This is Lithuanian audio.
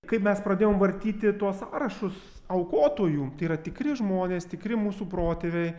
kai mes pradėjom vartyti tuos sąrašus aukotojų yra tikri žmonės tikri mūsų protėviai